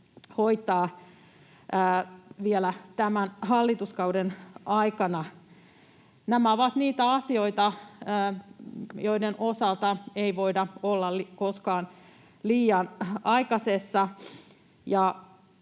vielä tämän hallituskauden aikana. Nämä ovat niitä asioita, joiden osalta ei voida olla koskaan liian aikaisessa.